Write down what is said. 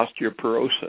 osteoporosis